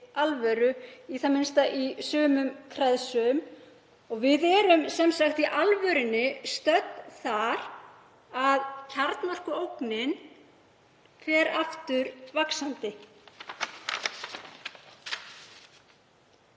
alvöru, í það minnsta í sumum kreðsum. Við erum sem sagt í alvörunni þar stödd að kjarnorkuógnin fer aftur vaxandi.